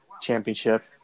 championship